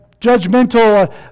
judgmental